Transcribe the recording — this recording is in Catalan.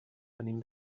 venim